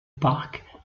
parc